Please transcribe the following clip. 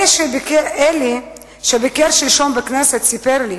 אלי, שביקר שלשום בכנסת, סיפר לי